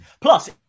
Plus